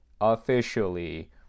officially